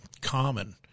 common